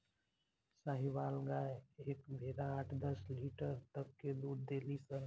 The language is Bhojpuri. साहीवाल गाय एक बेरा आठ दस लीटर तक ले दूध देली सन